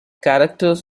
characters